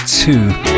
two